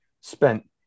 spent